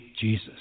Jesus